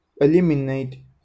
eliminate